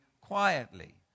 quietly